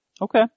Okay